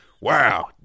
Wow